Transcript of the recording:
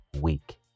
week